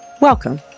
Welcome